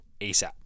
ASAP